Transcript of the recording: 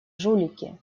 жулики